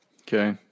Okay